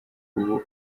ubu